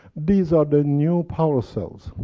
these are the new power cells.